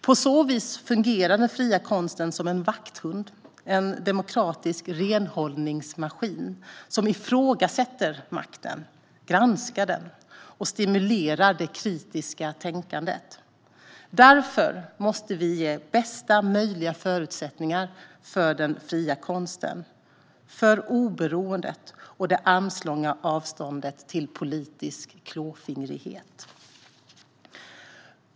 På så vis fungerar den fria konsten som en vakthund - en demokratisk renhållningsmaskin som ifrågasätter och granskar makten och stimulerar det kritiska tänkandet. Därför måste vi ge bästa möjliga förutsättningar för den fria konsten, för oberoendet och för det armslånga avståndet till politisk klåfingrighet.